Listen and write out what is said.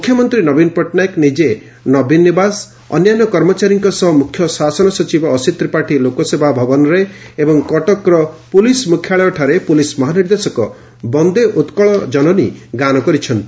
ମୁଖ୍ୟମନ୍ତୀ ନବୀନ ପଟ୍ଟନାୟକ ନିକେ ନବୀନ ନିବାସ ଅନ୍ୟାନ୍ୟ କର୍ମଚାରୀଙ୍କ ସହ ମୁଖ୍ୟ ଶାସନ ସଚିବ ଅସିତ୍ ତ୍ରିପାଠୀ ଲୋକସେବା ଭବନରେ ଏବଂ କଟକ ପୁଲିସ୍ ମୁଖ୍ୟାଳୟଠାରେ ପୁଲିସ୍ ମହାନିର୍ଦ୍ଦେଶକ 'ବନେ ଉକୂଳ ଜନନୀ' ଗାନ କରିଛନ୍ତି